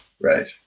Right